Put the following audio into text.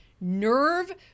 nerve